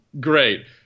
great